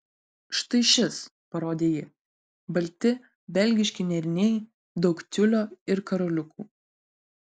štai šis parodė ji balti belgiški nėriniai daug tiulio ir karoliukų